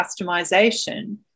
customization